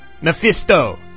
...Mephisto